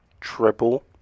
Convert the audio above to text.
triple